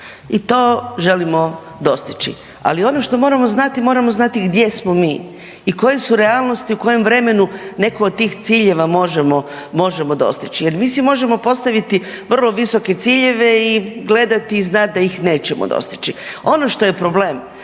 i to želimo dostići. Ali ono što moramo znati, moramo znati gdje smo mi i koje su realnosti, u kojem vremenu neko od tih ciljeva možemo, možemo dostići. Jer mi si možemo postaviti vrlo visoke ciljeve i gledati i znati da ih nećemo dostići. Ono što je problem,